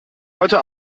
heute